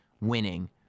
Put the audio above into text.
winning